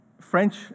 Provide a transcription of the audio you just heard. French